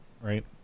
right